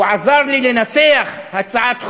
והוא עזר לי לנסח הצעת חוק,